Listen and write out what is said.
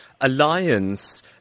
alliance